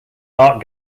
art